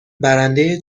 برنده